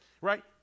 Right